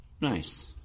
Nice